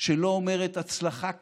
שלא אומרת "הצלחה כבירה"